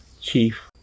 Chief